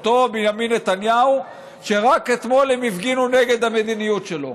אותו בנימין נתניהו שרק אתמול הם הפגינו נגד המדיניות שלו.